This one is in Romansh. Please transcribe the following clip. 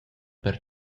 per